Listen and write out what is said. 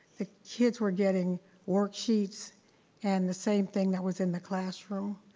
the kids were getting worksheets and the same thing that was in the classroom.